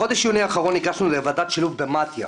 בחודש יוני האחרון ניגשנו לוועדת שילוב במתי"א,